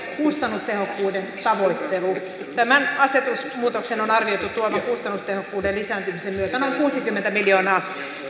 kustannustehokkuuden tavoittelu tämän asetusmuutoksen on arvioitu tuovan kustannustehokkuuden lisääntymisen myötä noin kuusikymmentä miljoonaa